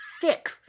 thick